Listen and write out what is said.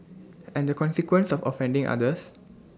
and the consequence of offending others